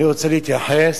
אני רוצה להתייחס